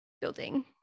building